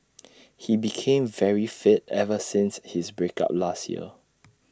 he became very fit ever since his break up last year